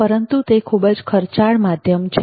પરંતુ તે ખૂબ જ ખર્ચાળ માધ્યમ છે